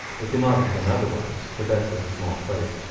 it could not have been otherwise. quebec was a small place,